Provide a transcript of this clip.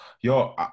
Yo